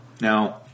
Now